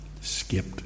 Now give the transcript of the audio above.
Skipped